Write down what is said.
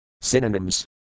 Synonyms